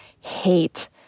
hate